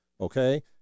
Okay